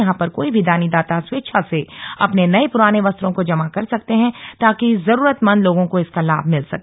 यहां पर कोई भी दानी दाता स्वेच्छा से अपने नए पुराने वस्त्रों को जमा कर सकते हैं ताकि जरूरतमंद लोगों को इसका लाम मिल सके